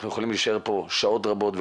אתה יכול להתקשר לטלפון X,